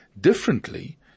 differently